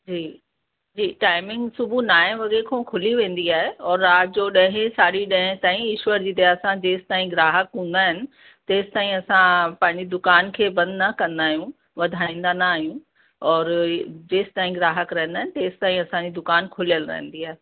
जी जी टाइमिंग सुबुह नव वॻे खां खुली वेंदी आहे औरि राति जो ॾह साढी ॾह ताईं ईश्वर जी दया सां जेसि ताईं ग्राहक हूंदा आहिनि तेसि ताईं असां पंहिंजी दुकान के बंदि न कंदा आहियूं वधाईंदा न आहियूं औरि जेसि ताईं ग्राहक रहंदा आहिनि तेसि ताईं असांजी दुकानु खुलियल रहंदी आहे